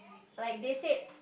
like they said